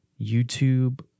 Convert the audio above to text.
YouTube